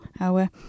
hour